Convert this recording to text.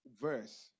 verse